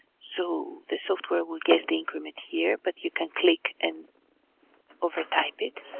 so the software will guess the increment here, but you can click and overtype it,